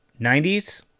90s